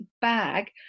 bag